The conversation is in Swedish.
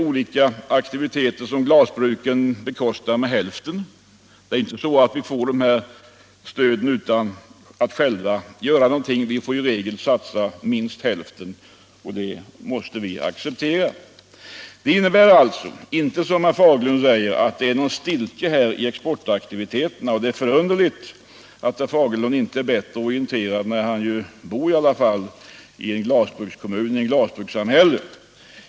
Dessa aktiviteter bekostas till hälften av glasbruken. Det är inte så att vi får stödet utan att själva göra en motprestation. Vi får som regel satsa minst hälften för att genomföra en aktivitet. Tvärtemot vad herr Fagerlund anför är glasbruken synnerligen aktiva på exportsidan. Det är förunderligt att herr Fagerlund inte är bättre orienterad när han Ju bor i ett glasbrukssamhälle.